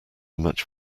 much